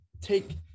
take